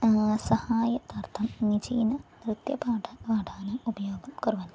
सहायतार्थं निजेन नृत्यपन्थ पाठनम् उपयोगं कुर्वन्ति